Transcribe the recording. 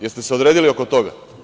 Jeste li se odredili oko toga?